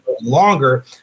longer